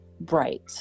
bright